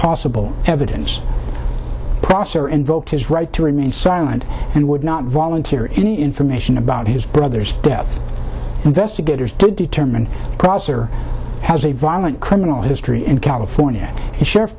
possible evidence prosser invoked his right to remain silent and would not volunteer any information about his brother's death investigators to determine processor has a violent criminal history in california the sheriff's